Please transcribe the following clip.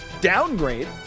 downgrade